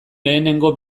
lehenengo